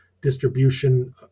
distribution